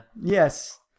Yes